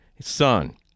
Son